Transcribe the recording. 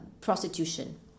prostitution